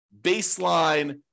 baseline